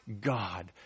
God